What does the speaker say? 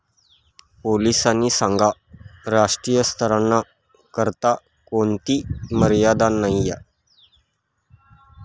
पोलीसनी सांगं राष्ट्रीय स्तरना करता कोणथी मर्यादा नयी